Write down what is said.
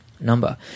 number